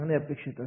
तयार होत असते